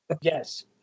Yes